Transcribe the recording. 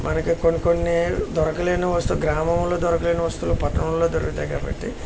మనకి కొన్ని కొన్ని దొరకలేని వస్తువు గ్రామంలో దొరకలేని వస్తువులు పట్టణంలో దొరుకుతాయి కాబట్టి